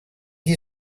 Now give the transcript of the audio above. you